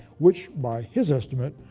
which, by his estimate,